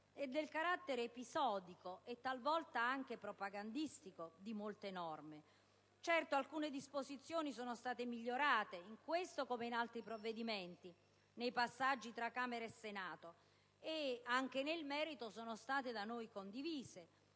e del carattere episodico e talvolta anche propagandistico di molte norme. Certo alcune disposizioni sono state migliorate, in questo come in altri provvedimenti, nei passaggi tra Camera e Senato e anche nel merito sono state da noi condivise,